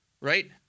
right